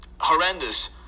horrendous